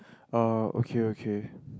oh okay okay